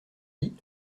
dit